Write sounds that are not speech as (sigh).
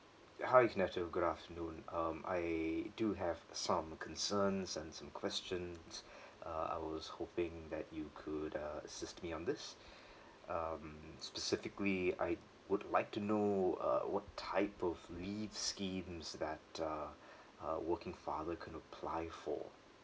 ya hi canetto good afternoon um I do have some concerns and some questions (breath) uh I was hoping that you could uh assist me on this (breath) um specifically I would like to know uh what type of leave schemes that uh (breath) a working father can apply for